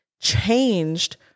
changed